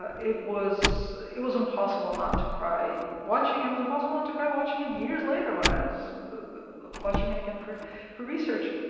ah it was it was impossible not to cry watching. it was impossible not to cry watching it years later when i was watching it again for for research.